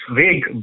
vague